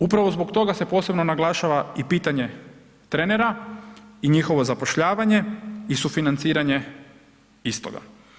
Upravo zbog toga se posebno naglašava i pitanje trenera i njihovo zapošljavanje i sufinanciranje istoga.